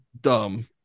dumb